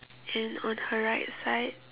and on her right side